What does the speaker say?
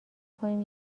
کنیم